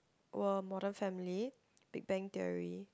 were modern-family Big-bang-Theory